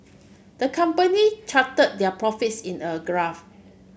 the company charted their profits in a graph